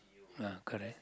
ah correct